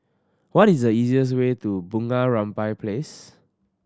what is the easiest way to Bunga Rampai Place